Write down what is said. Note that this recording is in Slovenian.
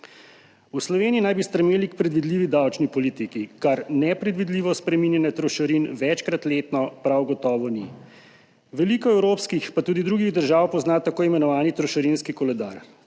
V Sloveniji naj bi stremeli k predvidljivi davčni politiki, kar nepredvidljivo spreminjanje trošarin večkrat letno prav gotovo ni. Veliko evropskih pa tudi drugih držav pozna tako imenovani trošarinski koledar.